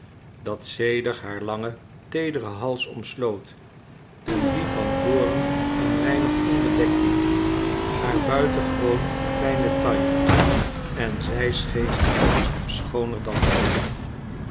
dat zedig haar langen teederen hals omsloot en dien van voren een weinig onbedekt liet haar buitengewoon fijne taille en zij scheen hem schooner dan ooit